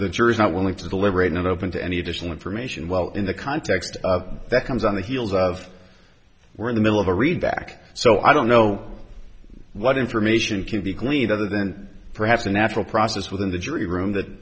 the jurors not willing to deliberate and open to any additional information while in the context that comes on the heels of we're in the middle of a read back so i don't know what information can be gleaned other then perhaps a natural process within the jury room that